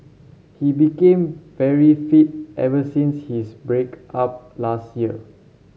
he became very fit ever since his break up last year